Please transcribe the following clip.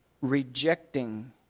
rejecting